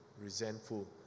resentful